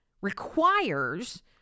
requires